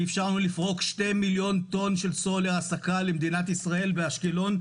ואפשרה לפרוק שני מיליון טון של סולר הסקה למדינת ישראל באשקלון,